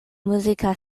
muzika